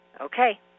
Okay